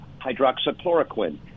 hydroxychloroquine